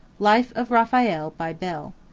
life of raphael by bell.